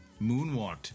moonwalked